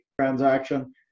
transaction